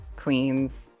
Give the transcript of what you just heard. queens